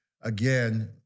again